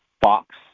Fox